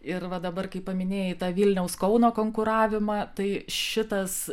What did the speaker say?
ir va dabar kai paminėjai tą vilniaus kauno konkuravimą tai šitas